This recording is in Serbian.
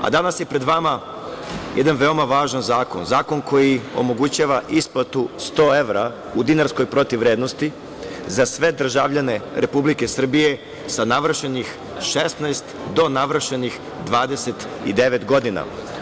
Danas je pred vama jedan veoma važan zakon, zakon koji omogućava isplatu 100 evra u dinarskoj protivvrednosti za sve državljane Republike Srbije sa navršenih 19 do navršenih 29 godina.